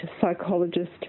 psychologist